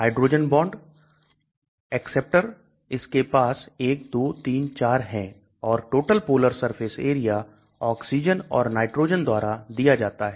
hydrogen bond acceptor इसके पास 1234 है और Total polar surface area oxygen और नाइट्रोजन द्वारा दिया जाता है